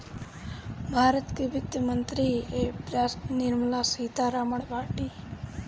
भारत के वित्त मंत्री एबेरा निर्मला सीता रमण बाटी